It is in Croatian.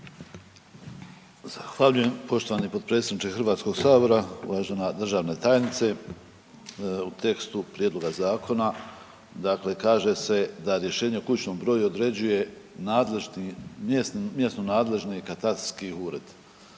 Zahvaljujem poštovani potpredsjedniče HS, uvažena državna tajnice. U tekstu prijedloga zakona dakle kaže se da rješenje o kućnom broju određuje mjesno nadležni katastarski ured.